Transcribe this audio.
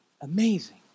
Amazing